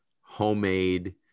homemade